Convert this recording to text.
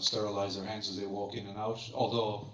sterilize their hands as they walk in and out. although,